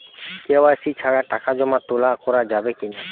KYC ছাড়া টাকা জমা তোলা করা যাবে কি না?